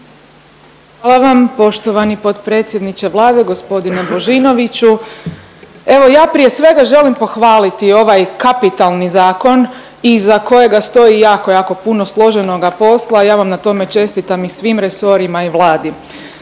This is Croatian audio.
Hvala vam poštovani potpredsjedniče Vlade, g. Božinoviću. Evo, ja prije svega želim pohvaliti ovaj kapitalni zakon iza kojega stoji jako, jako puno složenoga posla i ja vam na tome čestitam i svim resorima i Vladi.